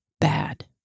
bad